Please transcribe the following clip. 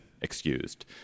excused